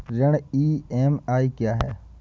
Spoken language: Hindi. ऋण की ई.एम.आई क्या है?